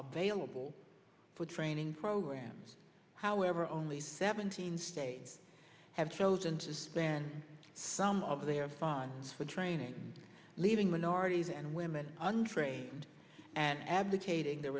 bill for training programs however only seventeen states have chosen to spend some of their funds for training leaving minorities and women unframed and abdicating the